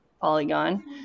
Polygon